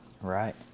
Right